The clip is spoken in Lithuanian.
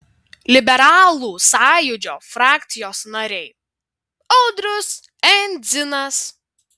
liberalų sąjūdžio frakcijos nariai audrius endzinas